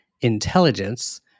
intelligence